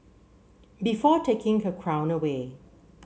before taking her crown away